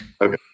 Okay